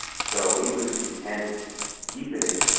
so even if you can't eat the date,